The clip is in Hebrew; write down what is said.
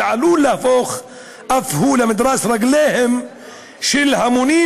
שעלול להפוך אף הוא למדרס רגליהם של המונים,